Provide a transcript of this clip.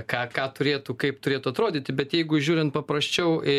ką ką turėtų kaip turėtų atrodyti bet jeigu žiūrint paprasčiau